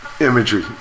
imagery